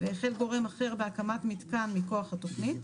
והחל גורם אחר בהקמת מיתקן מכוח התוכנית,